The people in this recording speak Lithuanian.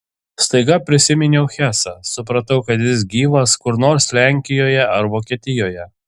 staiga prisiminiau hesą supratau kad jis gyvas kur nors lenkijoje ar vokietijoje